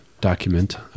document